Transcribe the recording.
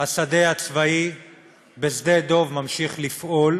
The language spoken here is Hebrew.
השדה הצבאי בשדה-דב ממשיך לפעול,